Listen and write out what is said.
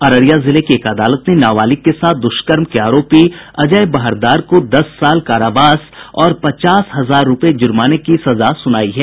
अररिया जिले की एक अदालत ने नाबालिग के साथ दुष्कर्म के आरोपी अजय बहरदार को दस साल कारावास और पचास हजार रूपये जुर्माने की सजा सुनायी है